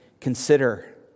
consider